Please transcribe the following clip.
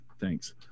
Thanks